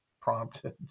prompted